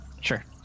Sure